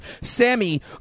Sammy